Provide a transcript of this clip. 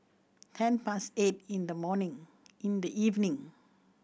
ten past eight in the morning in the evening